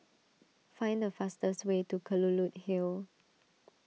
find the fastest way to Kelulut Hill